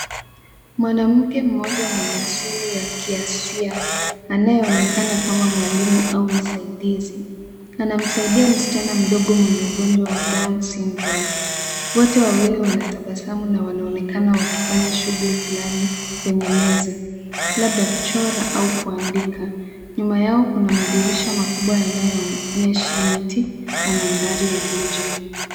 Mwanamke mmoja mwenye asili ya kiasia anayeonekana kama mwalimu au msaidizi anamsaidia msichana mdogo mwenye ugonjwa wa down syndrome . Wote wawili wanatabasamu na wanaonekana wakifanya shughuli flani kwenye meza, labda kuchora au kuandika. Nyuma yao kuna madirisha makubwa yanayoonyesha miti na mandhari ya nje.